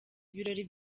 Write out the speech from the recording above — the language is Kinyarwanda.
ibirori